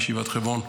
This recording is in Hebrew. בישיבת חברון.